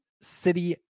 city